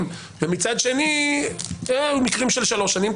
ומצד שני היו לנו מקרים של שלוש שנים,